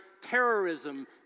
Terrorism